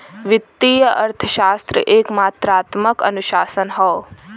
वित्तीय अर्थशास्त्र एक मात्रात्मक अनुशासन हौ